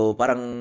parang